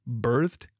birthed